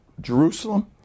Jerusalem